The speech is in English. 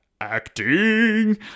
acting